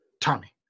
tommy